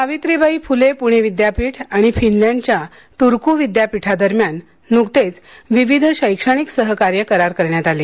सावित्रीबाई फुले पुणे विद्यापीठ आणि फिनलँडच्या टुर्कू विद्यापीठादरम्यान नुकतेच विविध शैक्षणिक सहकार्य करार करण्यात आले